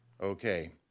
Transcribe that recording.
Okay